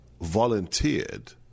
volunteered